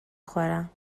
خورم